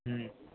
ହୁଁ